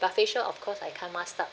but facial of course I can't mask up